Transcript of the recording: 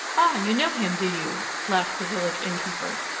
ah! you know him, do you? laughed the village innkeeper,